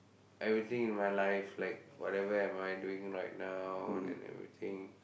everything in my life like whatever am I doing right now and everything